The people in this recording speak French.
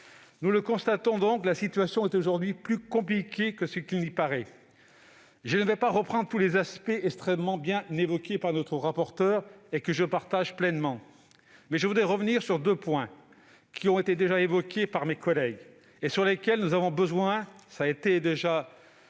Nous le constatons donc, la situation est aujourd'hui est plus compliquée qu'il n'y paraît. Je ne vais pas reprendre tous les aspects extrêmement bien évoqués par notre rapporteure et que je partage pleinement. Mais je voudrais revenir sur deux points déjà relevés par mes collègues et sur lesquels- vous les avez déjà abordés